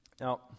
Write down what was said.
Now